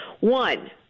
One